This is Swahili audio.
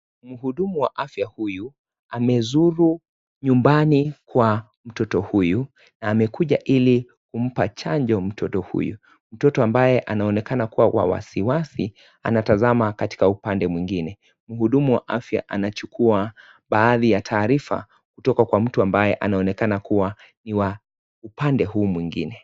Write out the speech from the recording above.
Mhudumu wa afya huyu, amezuru nyumbani kwa mtoto huyu na amekuja ili kumpa chanjo mtoto huyu. Mtoto ambaye anaonekana kuwa wa wasiwasi , anatazama katika upande mwingine. Mhudumu wa afya anachukua baadhi ya taarifa kutoka kwa mtu ambaye anaonekana kuwa ni wa upande huu mwingine.